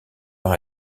par